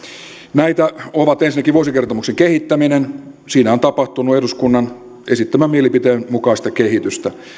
näitä ovat ensinnäkin vuosikertomuksen kehittäminen siinä on tapahtunut eduskunnan esittämän mielipiteen mukaista kehitystä